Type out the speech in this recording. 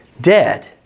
dead